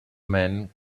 men